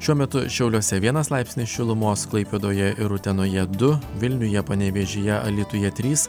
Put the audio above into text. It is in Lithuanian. šiuo metu šiauliuose vienas laipsnis šilumos klaipėdoje ir utenoje du vilniuje panevėžyje alytuje trys